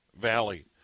Valley